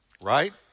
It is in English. right